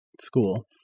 school